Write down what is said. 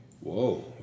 Whoa